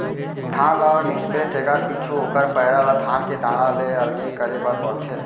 धान ल मिसबे तेकर पीछू ओकर पैरा ल धान के दाना ले अलगे करे बर परथे